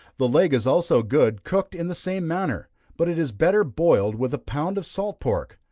the leg is also good, cooked in the same manner but it is better boiled with a pound of salt pork.